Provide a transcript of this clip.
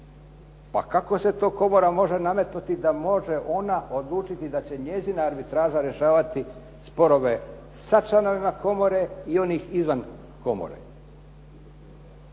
Pa kako se to komora može nametnuti da može ona odlučiti da će njezina arbitraža rješavati sporove sa članovima komore i onih izvan komore.